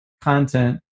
content